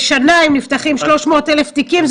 בשנה אם נפתחים 300,000 תיקים,